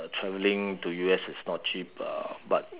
travelling to U_S is not cheap uh but